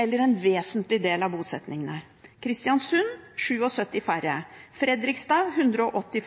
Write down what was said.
eller en vesentlig del av bosettingene: Kristiansund 77 færre, Fredrikstad 180